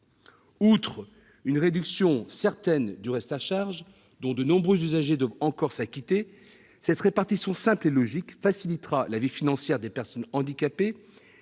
Outre une réduction certaine du reste à charge dont de nombreux usagers doivent encore s'acquitter, cette répartition simple et logique facilitera la vie financière des personnes handicapées